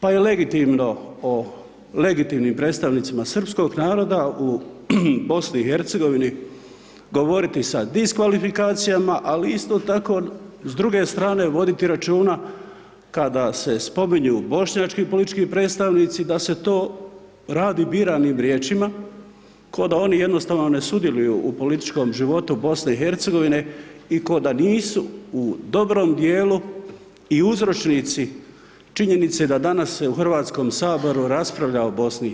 Pa je legitimnim predstavnicima srpskog naroda u BiH govoriti sa diskvalifikacijama, ali isto tako s druge strane voditi računa kada se spominju bošnjački politički predstavnici da se to radi biranim riječima ko da oni jednostavno ne sudjeluju u političkom životu BiH i ko da nisu u dobrom dijelu i uzročnici činjenice da danas u HS-u se raspravlja o BiH.